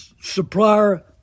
supplier